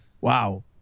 Wow